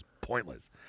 pointless